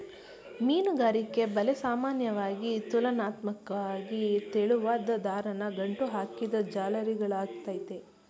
ಮೀನುಗಾರಿಕೆ ಬಲೆ ಸಾಮಾನ್ಯವಾಗಿ ತುಲನಾತ್ಮಕ್ವಾಗಿ ತೆಳುವಾದ್ ದಾರನ ಗಂಟು ಹಾಕಿದ್ ಜಾಲರಿಗಳಾಗಯ್ತೆ